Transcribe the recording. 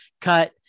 cut